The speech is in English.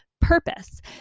purpose